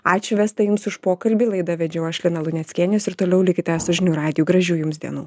ačiū vesta jums už pokalbį laidą vedžiau aš lina luneckienė jūs toliau likite su žinių radiju gražių jums dienų